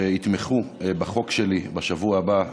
שיתמכו בחוק שלי בשבוע הבא.